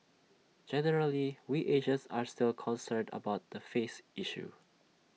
generally we Asians are still concerned about the face issue